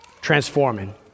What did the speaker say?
Transforming